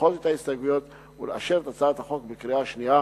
לדחות את ההסתייגויות ולאשר את הצעת החוק בקריאה השנייה